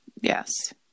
Yes